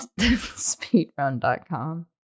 Speedrun.com